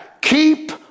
Keep